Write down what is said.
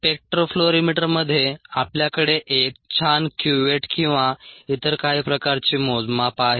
स्पेक्ट्रोफ्लोरिमीटरमध्ये आपल्याकडे एक छान क्युवेट किंवा इतर काही प्रकारचे मोजमाप आहे